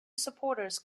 supporters